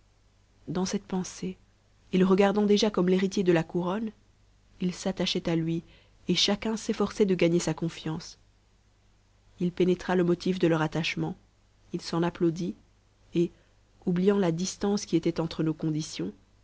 dans cette pensée et le regardant déjà comme l'héritier de la couronne ils s'attachaient à lui et chacun s'ecbrçait de gagner sa confiance il pénétra le motif de leur attachement il s'en applaudit et oubliant la distance qui était entre nos conditions